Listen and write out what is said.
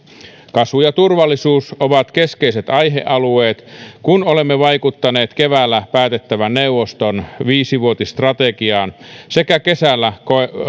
kasvu ja turvallisuus ovat keskeiset aihealueet kun olemme vaikuttaneet keväällä päätettävän neuvoston viisivuotisstrategiaan sekä kesällä